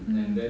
mm